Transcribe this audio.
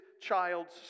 child's